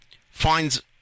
finds